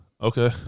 okay